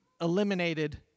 eliminated